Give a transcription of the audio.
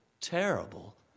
terrible